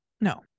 No